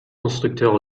constructeurs